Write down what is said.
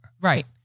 Right